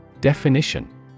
Definition